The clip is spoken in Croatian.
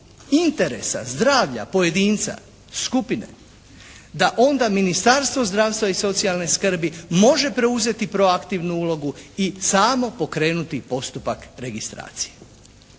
interesa zdravlja pojedinca, skupine da onda Ministarstvo zdravstva i socijalne skrbi može preuzeti proaktivnu ulogu i samo pokrenuti postupak registracije.